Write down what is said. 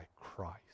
Christ